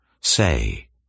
Say